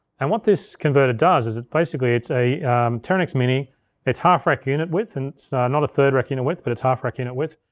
and what this converter does is it basically, it's a teranex mini. it's half rack unit width, and it's not a third rack unit width, but it's half rack unit width.